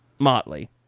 Motley